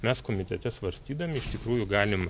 mes komitete svarstydami iš tikrųjų galim